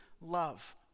love